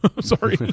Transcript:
sorry